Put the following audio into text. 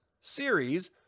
series